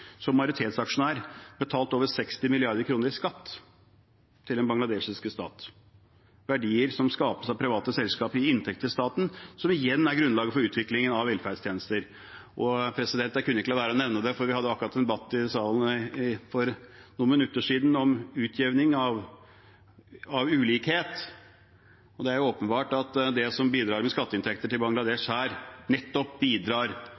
som majoritetsaksjonær, betalt over 60 mrd. kr i skatt til den bangladeshiske stat. Verdier som skapes av private selskaper, gir inntekt til staten, som igjen er grunnlaget for utviklingen av velferdstjenester. Jeg kunne ikke la være å nevne det, for vi hadde akkurat, for noen minutter siden, en debatt i salen om utjevning av ulikhet. Det er åpenbart at det som bidrar med skatteinntekter til Bangladesh her, bidrar